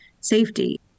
safety